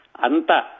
Anta